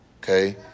Okay